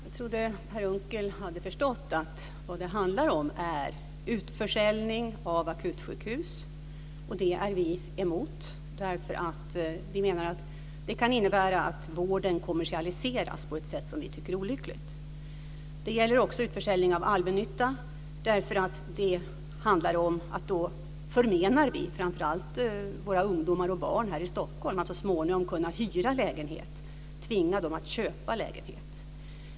Fru talman! Jag trodde att herr Unckel hade förstått att det handlar om utförsäljningar av akutsjukhus. Dessa är vi emot därför att vi menar att det kan innebära att vården kommersialiseras på ett sätt som vi tycker är olyckligt. Det gäller också utförsäljning av allmännytta, därför att det handlar om att vi då förmenar framför allt ungdomar här i Stockholm att så småningom kunna hyra lägenhet och tvingar dem att köpa lägenhet.